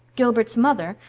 gilbert's mother,